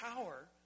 power